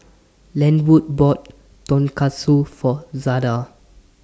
Lenwood bought Tonkatsu For Zada